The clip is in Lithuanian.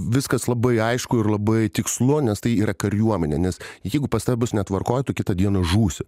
viskas labai aišku ir labai tikslu nes tai yra kariuomenė nes jeigu pas tave bus netvarkoj tu kitą dieną žūsi